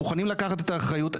מוכנים לקחת את האחריות.